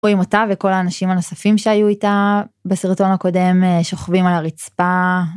רואים אותה וכל האנשים הנוספים שהיו איתה בסרטון הקודם שוכבים על הרצפה.